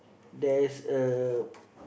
there's a